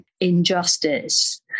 injustice